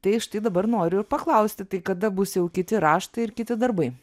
tai štai dabar noriu paklausti tai kada bus jau kiti raštai ir kiti darbai